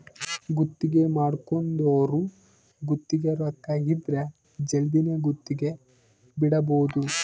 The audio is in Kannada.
ಗುತ್ತಿಗೆ ಮಾಡ್ಕೊಂದೊರು ಗುತ್ತಿಗೆ ರೊಕ್ಕ ಇದ್ರ ಜಲ್ದಿನೆ ಗುತ್ತಿಗೆ ಬಿಡಬೋದು